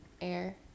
air